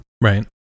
Right